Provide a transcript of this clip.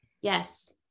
Yes